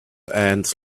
ants